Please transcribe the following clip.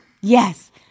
yes